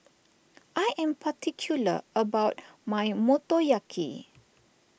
I am particular about my Motoyaki